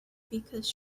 because